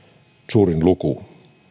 suurin luku